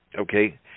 okay